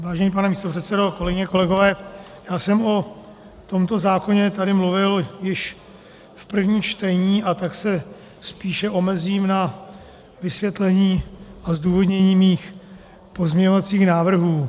Vážený pane místopředsedo, kolegyně, kolegové, já jsem o tomto zákoně tady mluvil již v prvním čtení, a tak se spíše omezím na vysvětlení a zdůvodnění svých pozměňovacích návrhů.